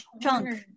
chunk